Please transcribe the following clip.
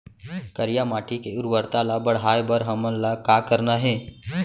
करिया माटी के उर्वरता ला बढ़ाए बर हमन ला का करना हे?